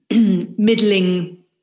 middling